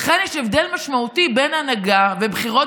לכן יש הבדל משמעותי בין הנהגה ובחירות